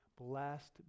blessed